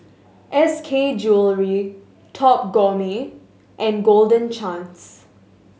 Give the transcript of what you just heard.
S K Jewellery Top Gourmet and Golden Chance